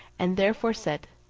and therefore said,